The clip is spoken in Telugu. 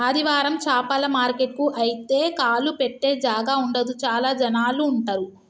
ఆదివారం చాపల మార్కెట్ కు పోతే కాలు పెట్టె జాగా ఉండదు చాల జనాలు ఉంటరు